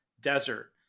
desert